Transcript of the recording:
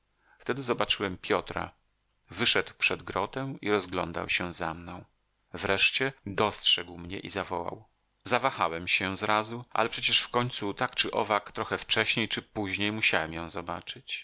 wtedy zobaczyłem piotra wyszedł przed grotę i rozglądał się za mną wreszcie dostrzegł mnie i zawołał zawahałem się zrazu ale przecież w końcu tak czy owak trochę wcześniej czy później musiałem ją zobaczyć